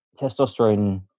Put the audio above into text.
testosterone